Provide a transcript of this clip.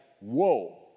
whoa